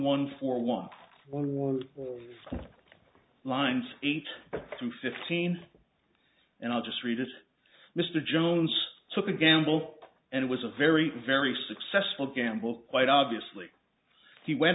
one four one one four lines eight through fifteen and i'll just read this mr jones took a gamble and it was a very very successful gamble quite obviously he went